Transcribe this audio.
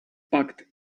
packed